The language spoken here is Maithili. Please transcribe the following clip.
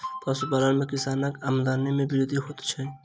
पशुपालन सॅ किसानक आमदनी मे वृद्धि होइत छै